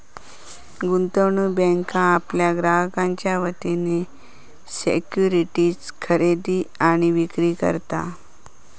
गुंतवणूक बँक आपल्या ग्राहकांच्या वतीन सिक्युरिटीज खरेदी आणि विक्री करता